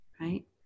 right